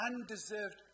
undeserved